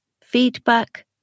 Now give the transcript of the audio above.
feedback